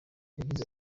yagize